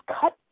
cut